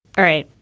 all right.